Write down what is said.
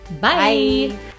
Bye